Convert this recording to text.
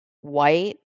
white